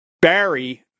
Barry